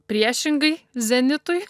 priešingai zenitui